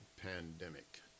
pandemic